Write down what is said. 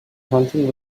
hunting